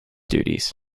duties